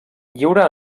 lliura